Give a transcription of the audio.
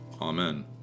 amen